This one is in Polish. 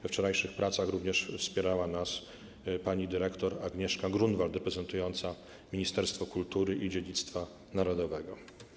We wczorajszych pracach również wspierała nas pani dyrektor Agnieszka Grunwald reprezentująca Ministerstwo Kultury i Dziedzictwa Narodowego.